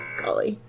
golly